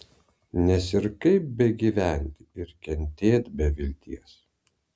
nes ir kaip begyventi ir kentėt be vilties